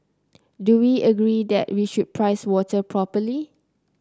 do we agree that we should price water properly